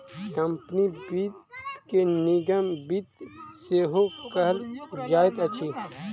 company वित्त के निगम वित्त सेहो कहल जाइत अछि